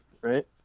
right